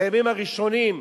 בימים הראשונים,